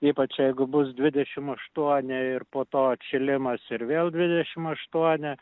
ypač jeigu bus dvidešim aštuoni ir po to atšilimas ir vėl dvidešim aštuoni